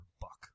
buck